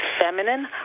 feminine